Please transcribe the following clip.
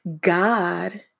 God